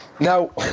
now